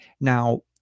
now